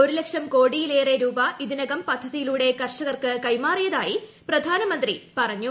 ഒരു ലക്ഷം കോടിയിലേറെ രൂപ ഇതിനകം പദ്ധതിയിലൂടെ കർഷകർക്ക് കൈമാറിയതായി പ്രധാനമന്ത്രി പറഞ്ഞു